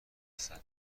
صنعت